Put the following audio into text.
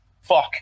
Fuck